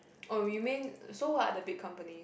oh you mean so what are the big companies